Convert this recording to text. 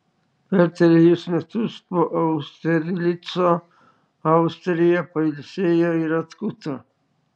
per trejus metus po austerlico austrija pailsėjo ir atkuto